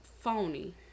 phony